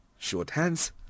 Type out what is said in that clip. shorthands